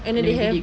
and then they have